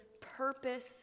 purpose